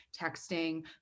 texting